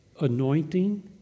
anointing